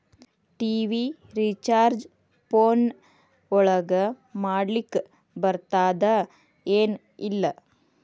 TV recharge phone ಒಳಗ ಮಾಡ್ಲಿಕ್ ಬರ್ತಾದ ಏನ್ ಇಲ್ಲ?